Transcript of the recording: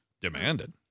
Demanded